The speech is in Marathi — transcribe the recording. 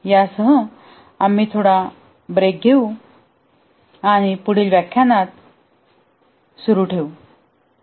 यासह आम्ही थोडा ब्रेक घेऊ आणि आम्ही पुढील व्याख्यानात सुरू ठेवू